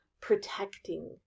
protecting